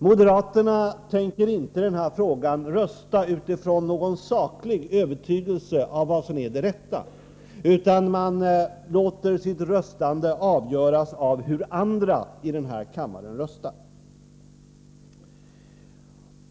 Moderaterna tänker inte i den här frågan rösta utifrån någon saklig övertygelse om vad som är det rätta utan låter sitt röstande avgöras av hur andra i den här kammaren röstar.